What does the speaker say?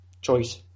choice